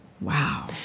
Wow